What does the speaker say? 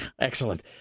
Excellent